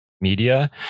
media